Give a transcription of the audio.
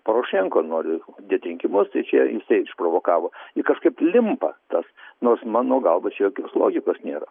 porošenka nori dėti rinkimus tai čia jisai išprovokavo juk kažkaip limpa tas nors mano galva čia jokios logikos nėra